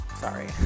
Sorry